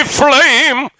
flame